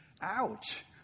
ouch